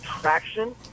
traction